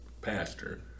pastor